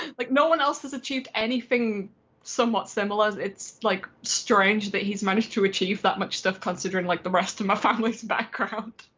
like no one else has achieved anything somewhat similar. it's like strange that he's managed to achieve that much stuff considering like the rest of my family's background.